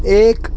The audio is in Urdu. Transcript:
ایک